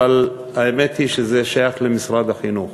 אבל האמת היא שזה שייך למשרד החינוך.